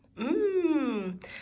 Mmm